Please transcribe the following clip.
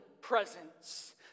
presence